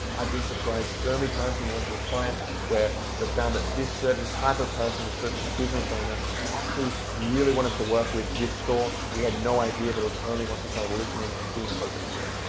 i've been surprised so many times when and working with clients where we found that this certain type of person, this certain business owner actually really wanted to work with this store. we had no idea but it was only once we started listening and being open to it.